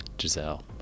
Giselle